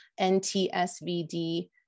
NTSVD